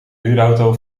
huurauto